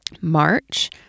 March